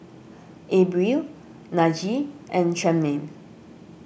Abril Najee and Tremaine